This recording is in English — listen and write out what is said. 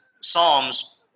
psalms